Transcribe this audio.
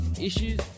issues